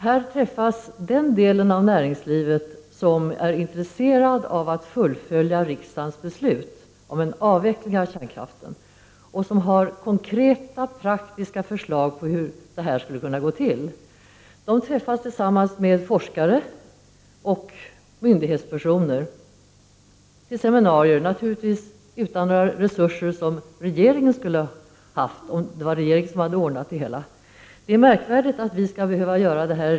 Här träffas alltså den del av näringslivet som är intresserad av att fullfölja riksdagens beslut om en avveckling av kärnkraften och som har konkreta praktiska förslag till hur det här skulle kunna gå till. De sammanträffar med forskare och myndighetspersoner på seminarier. Naturligtvis har man inte samma resurser som regeringen skulle ha haft om regeringen hade anordnat det hela. Det är märkligt att vi i riksdagen skall behöva göra så här.